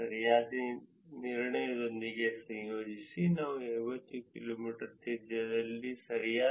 ಈ ಫಲಿತಾಂಶಗಳನ್ನು ಸರಿಯಾದ ನಿರ್ಣಯದೊಂದಿಗೆ ಸಂಯೋಜಿಸಿ ನಾವು 50 ಕಿಲೋಮೀಟರ್ ತ್ರಿಜ್ಯದಲ್ಲಿ ಸರಿಯಾದ ತೀರ್ಮಾನಗಳನ್ನು ಮಾಡಬಹುದು ಅದು ಫೋರ್ಸ್ಕ್ವೇರ್ನಲ್ಲಿ 78